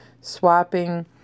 swapping